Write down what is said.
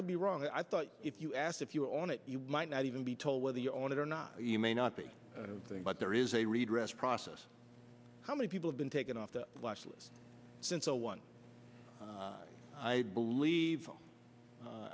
could be wrong i thought if you asked if you were on it you might not even be told whether you're on it or not you may not be a thing but there is a redress process how many people have been taken off the last list since zero one i believe